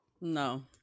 No